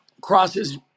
crosses